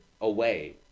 away